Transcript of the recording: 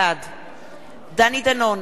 בעד דני דנון,